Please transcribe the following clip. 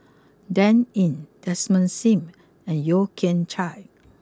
Dan Ying Desmond Sim and Yeo Kian Chai